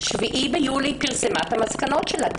פרסמה ב-7 ביולי את המסקנות שלה,